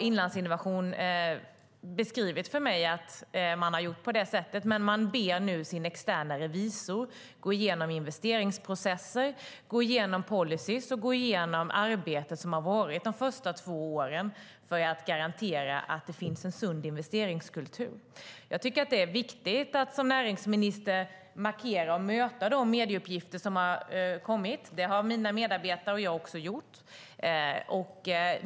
Inlandsinnovation har beskrivit för mig att man har gjort på det sättet, men man ber nu sin externa revisor att gå igenom investeringsprocesser, policyer och det arbete som har varit de första två åren för att garantera att det finns en sund investeringskultur. Som näringsminister är det viktigt att bemöta de medieuppgifter som har kommit. Det har mina medarbetare och jag också gjort.